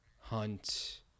Hunt